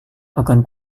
akan